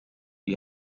you